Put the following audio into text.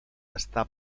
està